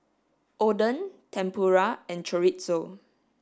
Oden Tempura and Chorizo